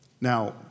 Now